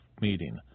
meeting